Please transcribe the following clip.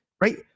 right